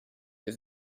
with